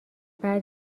بعد